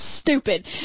stupid